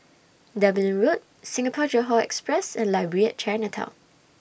Dublin Road Singapore Johore Express and Library At Chinatown